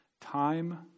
Time